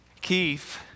Keith